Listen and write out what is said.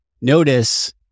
Notice